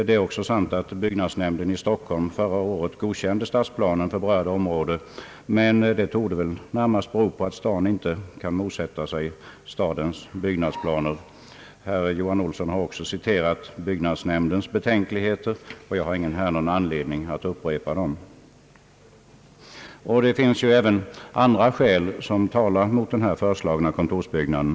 Det är också sant att byggnadsnämnden i Stockholm förra året godkände stadsplanen för berörda område, men det torde väl närmast bero på att staden inte kan motsätta sig statens byggnadsplaner. Herr Johan Olsson har också citerat byggnadsnämndens betänkligheter, och jag har ingen anledning att här upprepa dem. Det finns även andra skäl som talar mot den här föreslagna kontorsbyggnaden.